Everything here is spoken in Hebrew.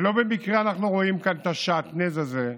ולא במקרה אנחנו רואים כאן את השעטנז הזה,